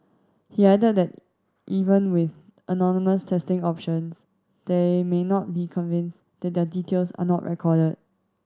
he added that even with anonymous testing options they may not be convinced that their details are not recorded